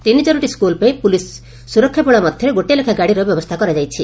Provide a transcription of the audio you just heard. ତିନି ଚାରୋଟି ସ୍କ୍କଲ୍ ପାଇଁ ପୁଲିସ୍ ସୁରକ୍ଷା ବଳୟ ମଧରେ ଗୋଟିଏ ଲେଖାଏଁ ଗାଡ଼ିର ବ୍ୟବସ୍ରା କରାଯାଇଛି